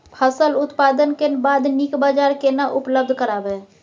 फसल उत्पादन के बाद नीक बाजार केना उपलब्ध कराबै?